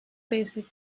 basic